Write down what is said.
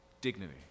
Dignity